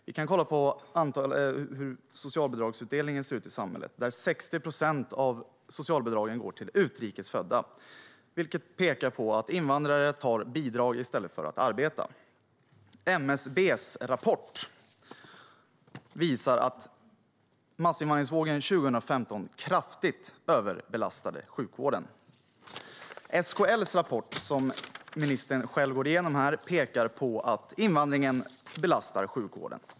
Vi kan kolla på hur socialbidragsutdelningen ser ut i samhället, där 60 procent av socialbidragen går till utrikes födda, vilket pekar på att invandrare tar bidrag i stället för att arbeta. MSB:s rapport visar att massinvandringsvågen 2015 kraftigt överbelastade sjukvården. Den rapport ministern själv går igenom från SKL pekar på att invandringen belastar sjukvården.